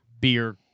beer